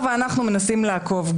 אני אקרא לך לסדר בפעם הראשונה.